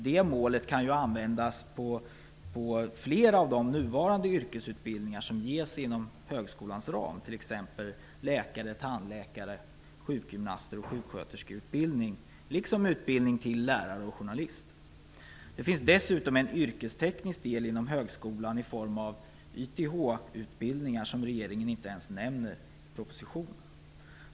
Det målet kan anges för flera av de nuvarande yrkesutbildningar som ges inom högskolans ram, t.ex. läkar-, tandläkar-, sjukgymnast och sjuksköterskeutbildningar liksom utbildning till lärare och journalist. Det finns dessutom en yrkesteknisk del inom högskolan i form av YTH-utbildningar som regeringen inte ens nämner i propositionen.